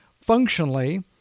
functionally